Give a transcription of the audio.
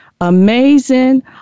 amazing